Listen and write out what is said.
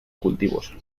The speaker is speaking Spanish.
cultivos